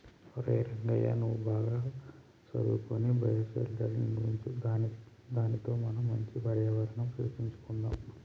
ఒరై రంగయ్య నువ్వు బాగా సదువుకొని బయోషెల్టర్ర్ని నిర్మించు దానితో మనం మంచి పర్యావరణం సృష్టించుకొందాం